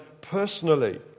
personally